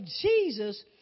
Jesus